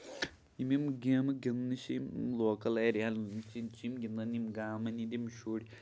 یِم یِم گیمہٕ گندنہٕ چھِ یِم لوکل ایریا ہن ہِندۍ چھِ یِم گندان گامن ہِندۍ یِم شُرۍ